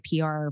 PR